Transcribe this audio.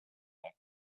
were